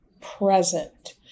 present